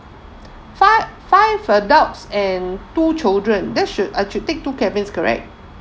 five five adults and two children then should I should take two cabins correct